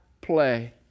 play